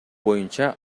боюнча